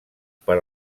per